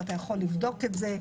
ואתה יכול לבדוק את זה,